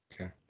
Okay